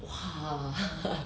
!wah!